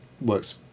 works